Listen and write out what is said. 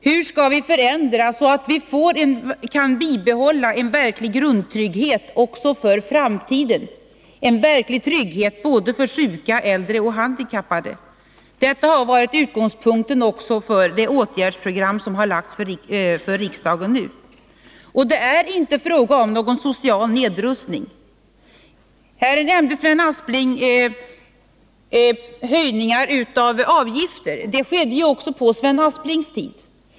Hur skall vi förändra, så att vi kan bibehålla en verklig grundtrygghet också för framtiden, en verklig trygghet för sjuka, äldre och handikappade? Detta har varit utgångspunkten också för det åtgärdsprogram som nu lagts fram för riksdagen. Det är inte fråga om någon social nedrustning. Här nämnde Sven Aspling höjningar av avgifter. Men sådana skedde också på Sven Asplings tid.